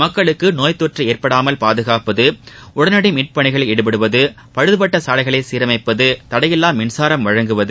மக்களுக்கு நோய்த் தொற்று ஏற்படாமல் பாதுகாப்பது உடனடி மீட்பு பனிகளில் ஈடுபடுவது பழுதுபட்ட சாலைகளை சீரமைப்பது தடையில்லா மின்சாரம் வழங்குவது